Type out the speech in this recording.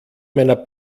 meiner